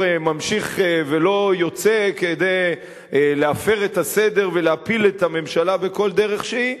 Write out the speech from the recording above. ממשיך ולא יוצא כדי להפר את הסדר ולהפיל את הממשלה בכל דרך שהיא,